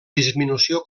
disminució